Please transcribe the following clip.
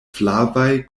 flavaj